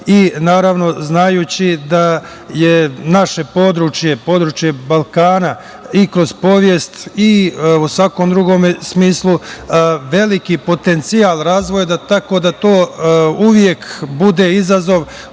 i, naravno, znajući da je naše područje, područje Balkana, i kroz istoriju i u svakom drugom smislu veliki potencijal razvoja, tako da to uvek bude izazov